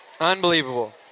Unbelievable